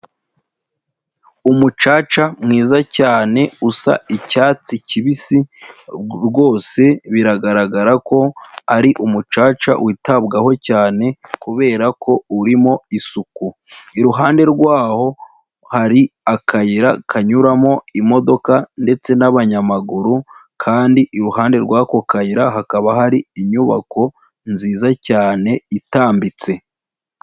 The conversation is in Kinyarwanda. Umucaca mwiza cyane usa icyatsi kibisi rwose biragaragara ko ari umucaca witabwaho cyane kubera ko urimo isuku. Iruhande rw’aho hari akayira kanyuramo imodoka ndetse n'abanyamaguru kandi iruhande rwako kayira hakaba hari inyubako nziza cyane itambitse.